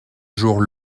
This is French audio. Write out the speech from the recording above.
jour